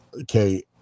okay